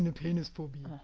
penis phobia.